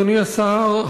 אדוני השר,